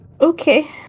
Okay